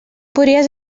podries